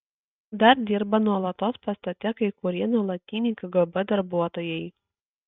dar dirba nuolatos pastate kai kurie nuolatiniai kgb darbuotojai